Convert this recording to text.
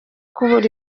kubura